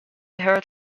heart